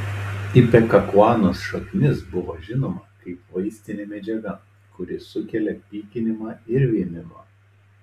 ipekakuanos šaknis buvo žinoma kaip vaistinė medžiaga kuri sukelia pykinimą ir vėmimą